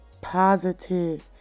positive